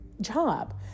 job